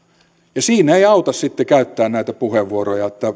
ja siinä ei auta sitten käyttää näitä puheenvuoroja että